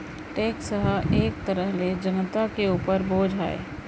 tax ह एक तरह ले जनता के उपर बोझ आय